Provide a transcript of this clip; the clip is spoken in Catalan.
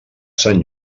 sant